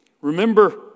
Remember